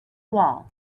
wall